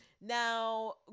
Now